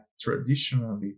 traditionally